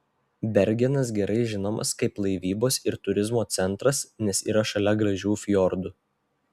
bergenas gerai žinomas kaip laivybos ir turizmo centras nes yra šalia gražių fjordų